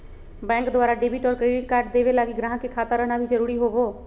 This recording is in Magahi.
बैंक द्वारा डेबिट और क्रेडिट कार्ड देवे लगी गाहक के खाता रहना भी जरूरी होवो